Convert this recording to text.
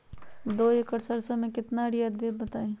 दो एकड़ सरसो म केतना यूरिया देब बताई?